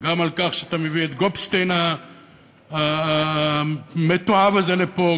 גם על כך שאתה מביא את גופשטיין המתועב הזה לפה,